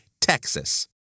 Texas